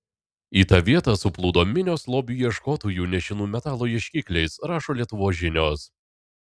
į tą vietą suplūdo minios lobių ieškotojų nešinų metalo ieškikliais rašo lietuvos žinios